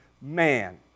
man